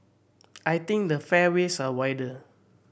I think the fairways are wider